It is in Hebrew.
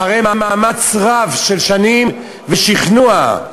אחרי מאמץ רב, של שנים, ושכנוע,